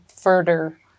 further